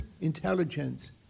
intelligence